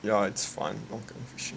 yeah it's fun